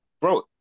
bro